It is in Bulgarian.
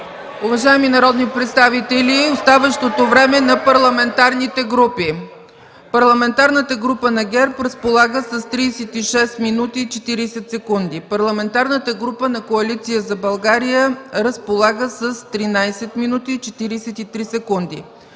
Уважаеми народни представители, оставащото време на парламентарните групи: - Парламентарната група на ГЕРБ разполага с 36 минути и 40 секунди; - Парламентарната група на Коалиция за България – 13 минути и 43 секунди;